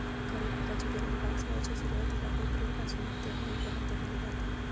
खरीप पिकाची पेरणी पावसाळ्याच्या सुरुवातीला एप्रिल पासून ते मे पर्यंत केली जाता